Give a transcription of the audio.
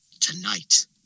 tonight